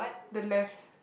the left